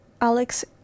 Alex